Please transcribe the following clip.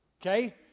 Okay